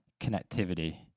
connectivity